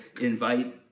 invite